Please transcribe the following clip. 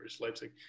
Leipzig